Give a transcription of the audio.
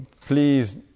please